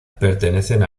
pertenecen